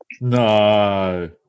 No